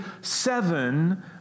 seven